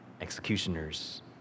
executioners